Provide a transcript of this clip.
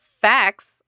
facts